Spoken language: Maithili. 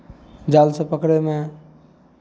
जालसँ पकड़यमे